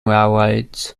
railroads